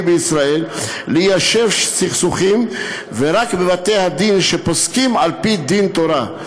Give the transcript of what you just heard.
בישראל ליישב סכסוכים אך ורק בבתי-הדין שפוסקים על-פי דין תורה.